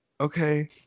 okay